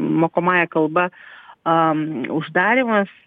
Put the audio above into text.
mokomąja kalba uždarymas